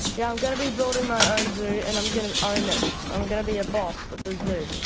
yeah i'm going to be building my own zoo and i'm going to own it, i'm going to be a boss at the zoo.